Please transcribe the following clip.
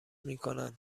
میکنند